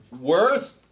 worth